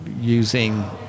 using